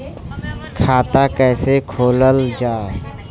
खाता कैसे खोलल जाला?